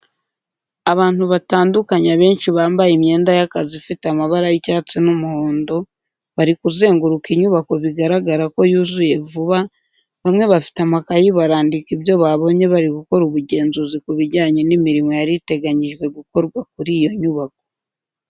Abantu batandukanye abenshi bambaye imyenda y'akazi ifite amabara y'icyatsi n'umuhondo, bari kuzenguruka inyubako bigaragara ko yuzuye vuba bamwe bafite amakayi barandika ibyo babonye bari gukora ubugenzuzi ku bijyanye n'imirimo yari iteganyijwe gukorwa kuri iyo nyubako.